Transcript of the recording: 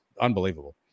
unbelievable